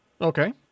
Okay